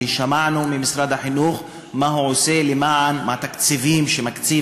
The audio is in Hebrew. ושמענו ממשרד החינוך מה הוא עושה בתקציבים שהוא מקציב